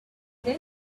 then